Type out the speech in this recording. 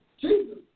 Jesus